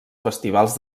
festivals